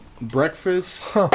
breakfast